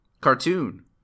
cartoon